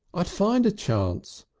i'd find a chance.